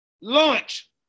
Lunch